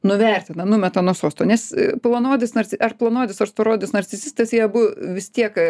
nuvertina numeta nuo sosto nes plonaodis narc ar plonaodis ar storaodis narcisistas jie abu vis tiek